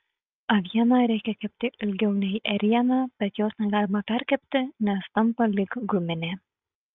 avieną reikia kepti ilgiau nei ėrieną bet jos negalima perkepti nes tampa lyg guminė